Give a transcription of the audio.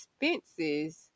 expenses